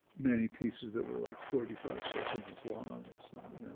many pieces that were like forty five seconds long or something,